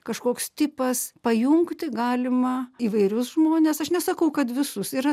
kažkoks tipas pajungti galima įvairius žmones aš nesakau kad visus yra